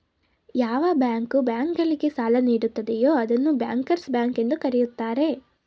ಯಾವ bank bank ಗಳಿಗೆ ಸಾಲ ನೀಡುತ್ತದೆಯೂ ಅದನ್ನು ಬ್ಯಾಂಕರ್ಸ್ ಬ್ಯಾಂಕ್ ಎಂದು ಕರೆಯುತ್ತಾರೆ